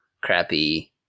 crappy